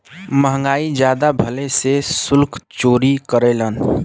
महंगाई जादा भइले से सुल्क चोरी करेलन